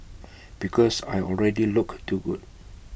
because I already look too good